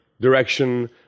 direction